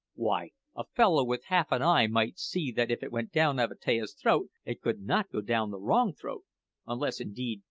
why, a fellow with half-an-eye might see that if it went down avatea's throat it could not go down the wrong throat unless, indeed,